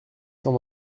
cent